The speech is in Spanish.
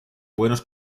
buenos